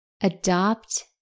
adopt